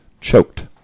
choked